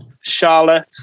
Charlotte